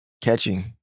Catching